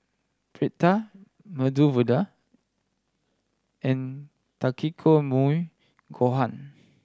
Pita Medu Vada and Takikomi Gohan